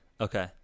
Okay